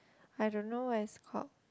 I don't know what's it called